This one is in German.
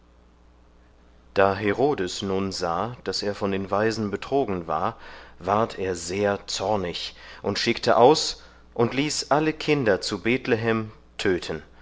da herodes nun sah daß er von den weisen betrogen war ward er sehr zornig und schickte aus und ließ alle kinder zu bethlehem töten